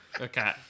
Okay